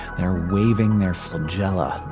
they are waving their flagella,